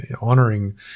honoring